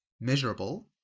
measurable